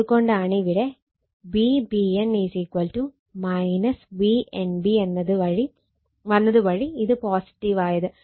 അതുകൊണ്ടാണ് ഇവിടെ Vbn Vnb വന്നത് വഴി ഇത് പോസിറ്റീവായത്